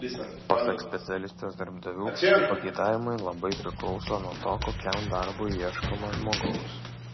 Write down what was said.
pasak specialistės darbdavių pageidavimai labai priklauso nuo to kokiam darbui ieškoma žmogaus